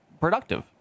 productive